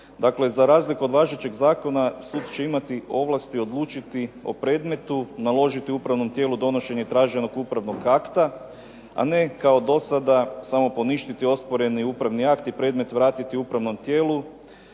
Dakle, za razliku od važećeg zakona suci će imati ovlasti odlučiti o predmetu, naložiti upravnom tijelu donošenje traženog upravnog akta, a ne kao dosada samo poništiti osporeni upravni akt i predmet vratiti upravnom tijelu,